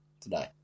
today